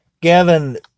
Gavin